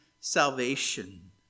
salvation